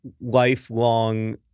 lifelong